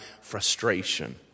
frustration